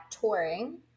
touring